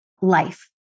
life